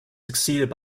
succeeded